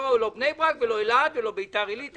לא בני ברק ולא אלעד ולא בית"ר עילית.